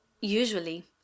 usually